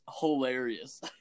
hilarious